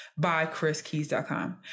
Bychriskeys.com